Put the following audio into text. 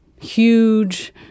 huge